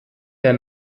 der